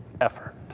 effort